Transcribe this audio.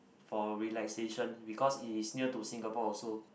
for relaxation because it is near to Singapore also